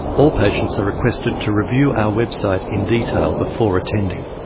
all patients are requested to review our website in detail before attending.